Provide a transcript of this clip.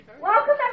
Welcome